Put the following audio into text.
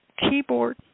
keyboard